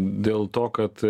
dėl to kad